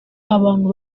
abantu